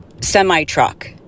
semi-truck